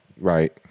Right